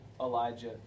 Elijah